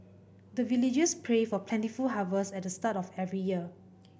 the villagers pray for plentiful harvest at the start of every year